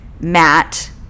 Matt